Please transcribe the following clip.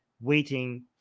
waiting